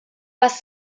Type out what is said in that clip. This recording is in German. was